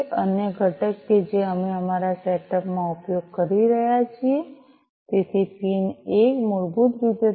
અન્ય ઘટક કે જે અમે અમારા સેટઅપ માં ઉપયોગ કરી રહ્યા છીએ તેથી પિન 1 મૂળભૂત રીતે 3